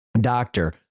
doctor